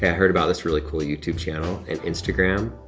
yeah heard about this really cool youtube channel and instagram,